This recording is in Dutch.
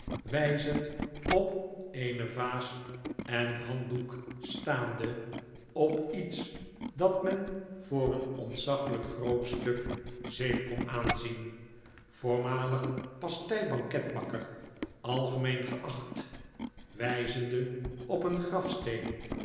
wyzend op eene vaas en handdoek staande op iets dat men voor een ontzaglijk groot stuk zeep kon aanzien voormalig pastei banketbakker algemeen geacht wiizende op een grafsteen